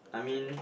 I mean